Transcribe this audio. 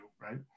right